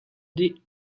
dih